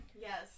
Yes